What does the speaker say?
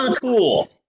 cool